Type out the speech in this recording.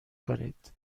کنید